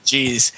Jeez